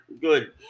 good